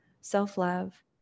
self-love